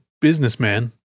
businessman